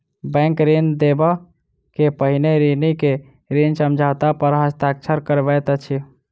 bank ऋण देबअ के पहिने ऋणी के ऋण समझौता पर हस्ताक्षर करबैत अछि